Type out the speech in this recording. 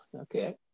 okay